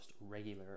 regular